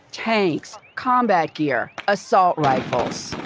tanks, combat gear, assault rifles.